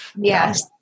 yes